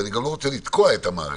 ואני גם לא רוצה לתקוע את המערכת.